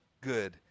good